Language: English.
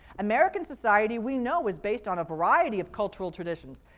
american society we know is based on a variety of cultural traditions.